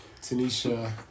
Tanisha